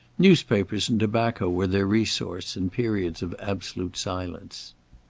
newspapers and tobacco were their resource in periods of absolute silence.